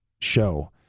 show